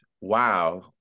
wow